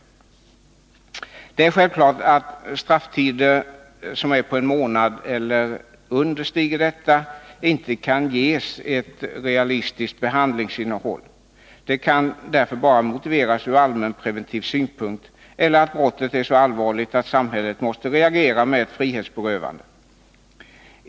Det är självklart att strafftider på en månad eller mindre inte kan ges ett realistiskt behandlingsinnehåll. De kan därför bara motiveras ur allmänpreventiv synpunkt eller med att brottet är så allvarligt att samhället måste reagera med ett frihetsberövande.